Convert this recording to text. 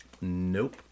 Nope